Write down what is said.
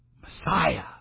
Messiah